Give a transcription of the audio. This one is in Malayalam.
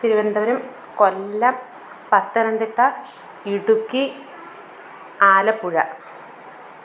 തിരുവനന്തപുരം കൊല്ലം പത്തനന്തിട്ട ഇടുക്കി ആലപ്പുഴ